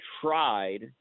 tried